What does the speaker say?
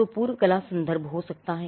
तो पूर्व कला संदर्भ हो सकता है